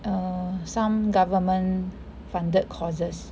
err some government funded courses